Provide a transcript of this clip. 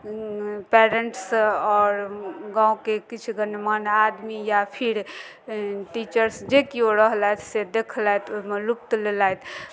parents आओर गाँवके किछु गणमान्य आदमी या फिर टीचर्स जे किओ रहलथि से देखलथि ओहिमे लुत्फ लेलथि